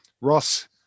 ross